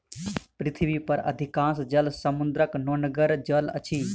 पृथ्वी पर अधिकांश जल समुद्रक नोनगर जल अछि